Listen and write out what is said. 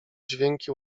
dźwięki